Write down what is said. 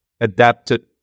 adapted